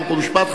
חוק ומשפט,